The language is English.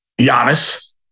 Giannis